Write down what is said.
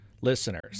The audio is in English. listeners